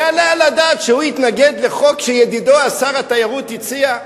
היה עליה לדעת שהוא יתנגד לחוק שידידו שר התיירות הציע?